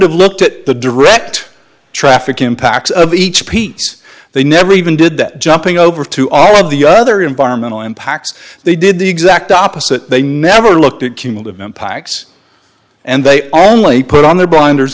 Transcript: have looked at the direct traffic impact of each piece they never even did that jumping over to all of the other environmental impacts they did the exact opposite they never looked at cumulative impacts and they only put on their blinders